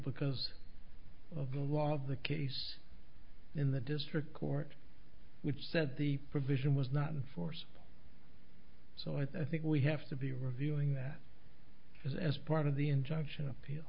because of the law of the case in the district court which said the provision was not in force so i think we have to be reviewing that as part of the injunction appeal